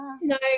no